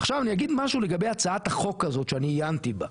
עכשיו אני אגיד משהו לגבי הצעת החוק הזאת שאני עיינתי בה.